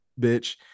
bitch